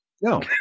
no